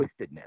twistedness